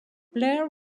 blair